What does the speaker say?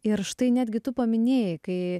ir štai netgi tu paminėjai kai